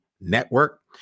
Network